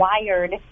wired